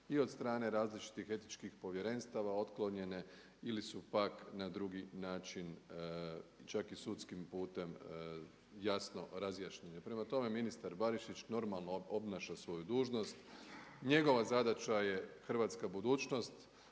i od strane različitih etičkih povjerenstva otklonjene ili su pak na drugi način čak i sudskim putem jasno razjašnjenje. Prema tome, ministar Barišić normalno obnaša svoju dužnost. Njegova zadaća je hrvatska budućnost,